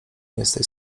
jesteś